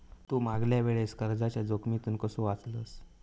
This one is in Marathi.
तू मागल्या वेळेस कर्जाच्या जोखमीतून कसो वाचलस